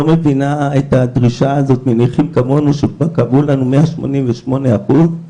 מבינה את הדרישה הזאת מנכים כמוני שכבר קבעו לנו 188 אחוזים,